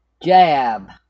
jab